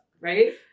Right